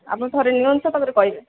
ଆପଣ ଥରେ ନିଅନ୍ତୁ ତା'ପରେ କହିବେ